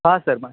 हां सर मग